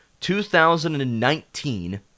2019